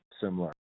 similar